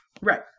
Right